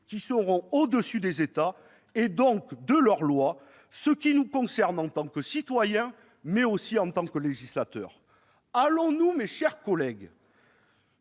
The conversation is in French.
qui seront au-dessus des États et donc de leurs lois, ce qui nous concerne en tant que citoyens, mais aussi en tant que législateur. Allons-nous laisser les